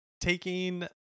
taking